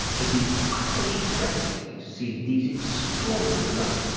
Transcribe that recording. it is utterly breathtaking to see these extraordinary results.